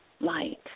light